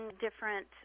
different